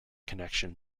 connection